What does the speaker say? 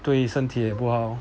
对身体不好